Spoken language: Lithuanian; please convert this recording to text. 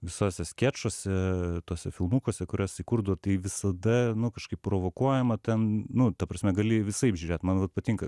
visose skečuose tuose filmukuose kuriuos jisai kurdavo tai visada kažkaip provokuojama ten nu ta prasme gali visaip žiūrėt man labai patinka